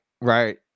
right